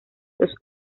los